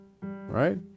right